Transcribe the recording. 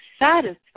satisfied